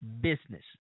business